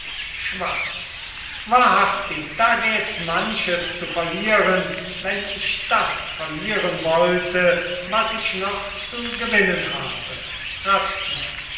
schwarz wahrhaftig da gäb's manches zu verlieren wenn ich das verlieren wollte was ich noch zu gewinnen habe